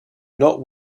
not